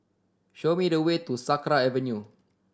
show me the way to Sakra Avenue